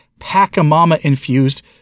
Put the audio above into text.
Pacamama-infused